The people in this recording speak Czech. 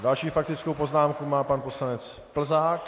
Další faktickou poznámku má pan poslanec Plzák.